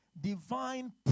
divine